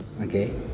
okay